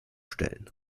stellen